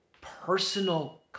personal